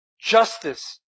justice